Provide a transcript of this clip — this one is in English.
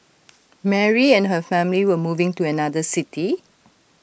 Mary and her family were moving to another city